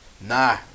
Nah